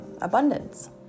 abundance